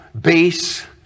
base